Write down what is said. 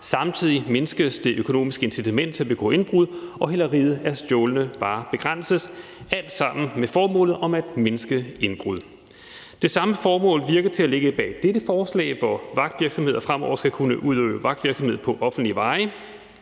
Samtidig mindskes det økonomiske incitament til at begå indbrud, og hæleriet af stjålne varer begrænses. Det har alt sammen til formål at mindske indbrud. Det samme formål lader til at ligge bag dette forslag, hvor vagtvirksomheder fremover skal kunne udøve vagtvirksomhed på offentlige veje.